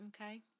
Okay